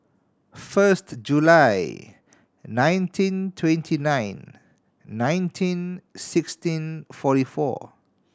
first July nineteen twenty nine nineteen sixteen forty four